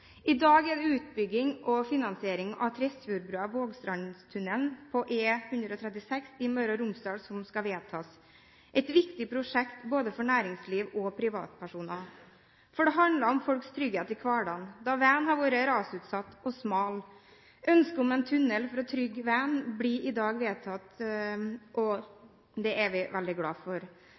I dag er det utbygging og finansiering av Tresfjordbrua og Vågstrandstunnelen på E136 i Møre og Romsdal som skal vedtas – et viktig prosjekt for både næringsliv og privatpersoner. For det handler om folks trygghet i hverdagen, da veien har vært rasutsatt og er smal. Ønsket om en tunnel for å trygge veien blir vedtatt i dag, og det er vi veldig glad for.